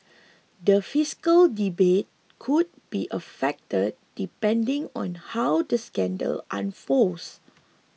the fiscal debate could be affected depending on how the scandal unfolds